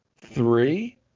Three